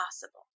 possible